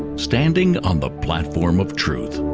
standing on the platform of truth